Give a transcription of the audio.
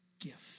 gift